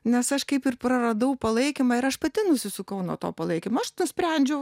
nes aš kaip ir praradau palaikymą ir aš pati nusisukau nuo to palaikymo aš nusprendžiau